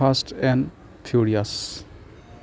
fast and furious